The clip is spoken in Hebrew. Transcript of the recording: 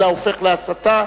אלא הופך להסתה.